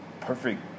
perfect